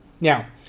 Now